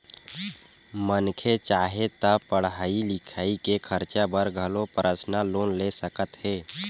मनखे चाहे ता पड़हई लिखई के खरचा बर घलो परसनल लोन ले सकत हे